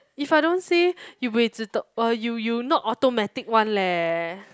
if I don't say you buay 自动 uh you you not automatic one leh